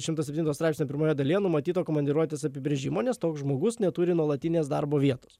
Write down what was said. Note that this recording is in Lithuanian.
šimtas septinto straipsnio pirmoje dalyje numatyto komandiruotės apibrėžimo nes toks žmogus neturi nuolatinės darbo vietos